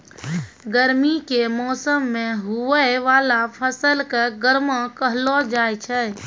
गर्मी के मौसम मे हुवै वाला फसल के गर्मा कहलौ जाय छै